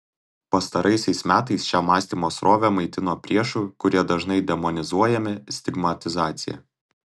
pastaraisiais metais šią mąstymo srovę maitino priešų kurie dažnai demonizuojami stigmatizacija